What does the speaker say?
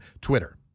Twitter